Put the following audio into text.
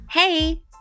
Hey